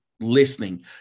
listening